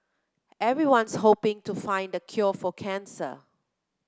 everyone's hoping to find the cure for cancer